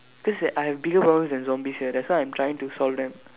just that I have bigger problems than zombies here that's why I'm trying to solve them